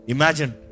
Imagine